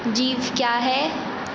जीव क्या है